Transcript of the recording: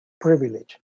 privilege